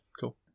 cool